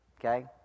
Okay